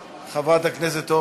חברת הכנסת יחימוביץ ביקשה,